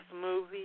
movie